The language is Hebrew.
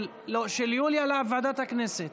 של יוליה, לוועדת הכנסת.